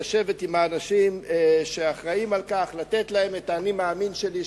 לשבת עם האנשים שאחראים לכך ולתת להם את ה"אני מאמין" שלי,